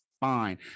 fine